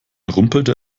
rumpelte